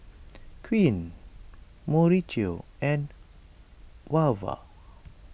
Quint Mauricio and Wava